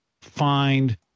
find